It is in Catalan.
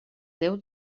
déu